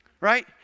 right